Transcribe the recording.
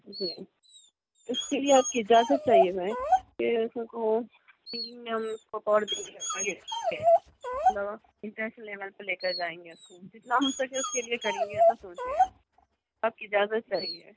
جی اس کے لئے آپ کی اجازت چاہیے ہے کہ اس کو سنگنگ میں ہم اس کو آگے انٹرسٹ لیبل پر لے کر جائیں گے اس کو جتنا ہو سکے اس کے لئے کریں گے ایسا سوچ رہے ہیں ہم آپ کی اجازت چاہیے